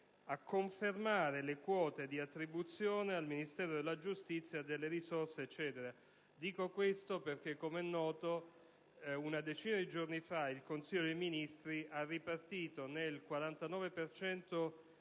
«a confermare le quote di attribuzione al Ministero della giustizia delle risorse». Dico questo perché com'è noto una decina di giorni fa il Consiglio dei ministri ha ripartito in